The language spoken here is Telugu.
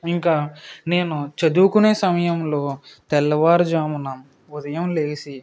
ఇంకా నేను చదువుకునే సమయంలో తెల్లవారుజామున ఉదయం లేచి